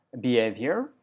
behavior